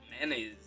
mayonnaise